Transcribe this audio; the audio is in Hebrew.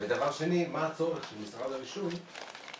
והדבר השני מה הצורך של משרד הרישוי להפלות